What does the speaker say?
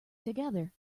together